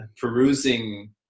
perusing